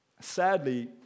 Sadly